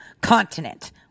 continent